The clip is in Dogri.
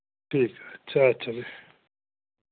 ठीक ऐ अच्छा अच्छा फ्ही